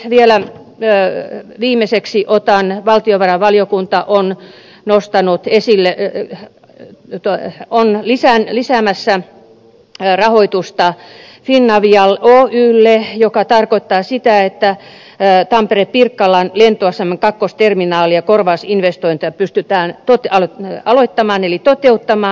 vielä viimeiseksi otan esille sen että valtiovarainvaliokunta on lisäämässä rahoitusta finavia oyjlle mikä tarkoittaa sitä että tamperepirkkalan lentoaseman kakkosterminaalin korvausinvestointeja pystytään aloittamaan eli toteuttamaan